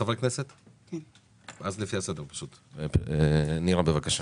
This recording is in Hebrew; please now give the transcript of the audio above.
נירה, בקשה.